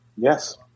Yes